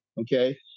okay